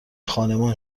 خانمان